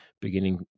beginning